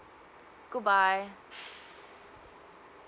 goodbye